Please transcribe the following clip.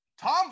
tom